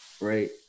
right